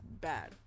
bad